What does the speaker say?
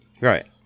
Right